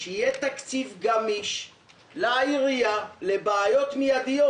שיהיה תקציב גמיש לעירייה לפתרון בעיות מידיות.